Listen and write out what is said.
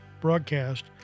broadcast